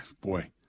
boy